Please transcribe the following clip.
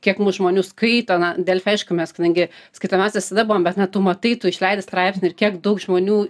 kiek mus žmonių skaito na delfi aišku mes kadangi skaitomiausias visada buvom bet ne tu matai tu išleidi straipsnį ir kiek daug žmonių